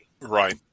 Right